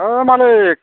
ओ मालिक